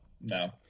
No